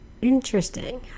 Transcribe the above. Interesting